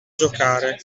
giocare